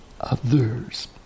others